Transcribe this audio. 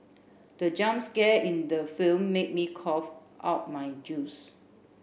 the jump scare in the film made me cough out my juice